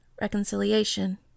reconciliation